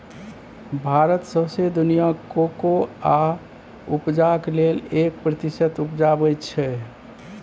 भारत सौंसे दुनियाँक कोकोआ उपजाक केर एक प्रतिशत उपजाबै छै